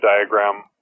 diagram